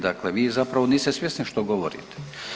Dakle, vi zapravo niste svjesni što govorite.